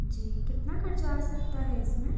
जी कितना खर्चा आ सकता है इसमें